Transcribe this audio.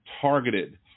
targeted